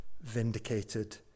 vindicated